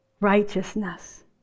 righteousness